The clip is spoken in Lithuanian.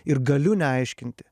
ir galiu neaiškinti